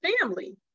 family